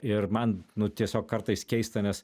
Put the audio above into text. ir man nu tiesiog kartais keista nes